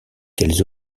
quelles